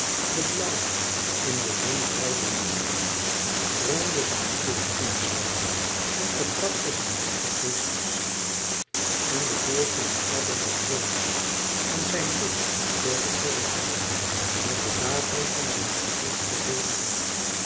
de blauwe in de zon breidende zee dreunde zijn moede zoekende stap en vertrapte zijn voet de heesters en de wilde dieren vluchtten en de vogelen fladderden hooger en zijn roep vulde heel het woud met de davering van zijn wanhopige buldering